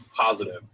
positive